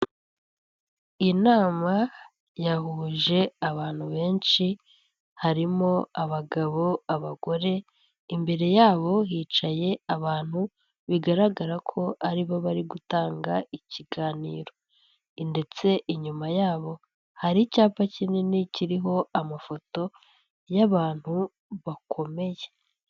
Inama yahuje abantu benshi harimo abagabo, abagore, imbere yabo hicaye abantu bigaragara ko ari bo bari gutanga ikiganiro ndetse inyuma yabo hari icyapa kinini kiriho amafoto y'abantu bakomeye.